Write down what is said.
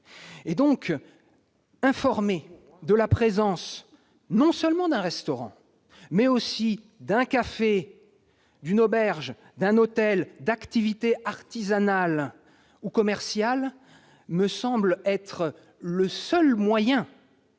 Informer de la présence non seulement d'un restaurant, mais aussi d'un café, d'une auberge, d'un hôtel, d'activités artisanales ou commerciales me semble être le seul moyen,